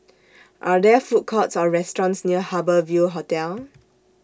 Are There Food Courts Or restaurants near Harbour Ville Hotel